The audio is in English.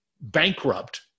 bankrupt